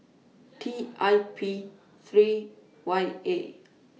T I P three Y A